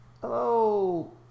Hello